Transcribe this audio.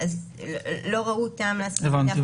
לא ראו טעם --- הבנתי.